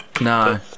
No